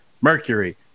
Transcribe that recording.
Mercury